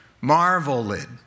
marveled